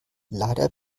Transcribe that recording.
leider